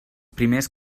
primers